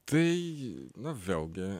tai nu vėlgi